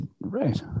right